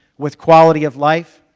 with quality of life.